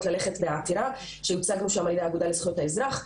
ללכת לעתירה שיוצגנו שם על ידי האגודה לזכויות האזרח,